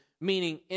meaning